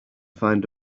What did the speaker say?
find